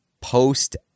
post